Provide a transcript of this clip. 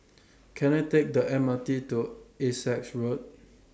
Can I Take The M R T to Essex Road